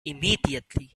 immediately